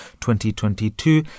2022